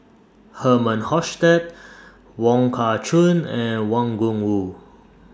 Herman Hochstadt Wong Kah Chun and Wang Gungwu